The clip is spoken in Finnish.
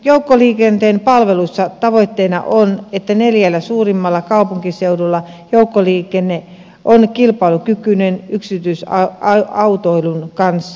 joukkoliikenteen palvelussa tavoitteena on että neljällä suurimmalla kaupunkiseudulla joukkoliikenne on kilpailukykyinen yksityisautoilun kanssa